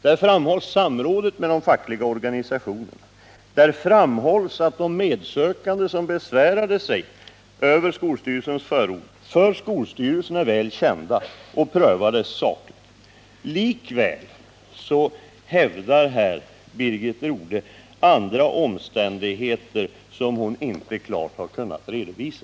Där framhålls samrådet med de fackliga organisationerna. Där framhålls att de besvär, som de medsökande anfört över skolstyrelsens förord, för skolstyrelsen är väl kända och sakligt prövade. Likväl hävdar här Birgit Rodhe andra omständigheter, som hon inte klart har kunnat redovisa.